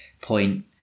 point